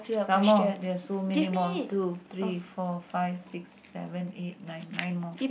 some more there're so many more two three four five six seven eight nine nine more